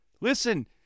Listen